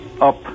up